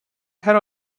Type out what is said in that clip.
her